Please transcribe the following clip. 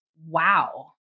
Wow